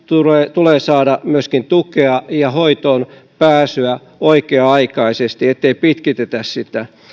tulee saada myöskin tukea ja hoitoonpääsy oikea aikaisesti ettei pitkitetä sitä